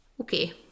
Okay